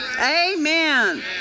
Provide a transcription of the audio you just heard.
Amen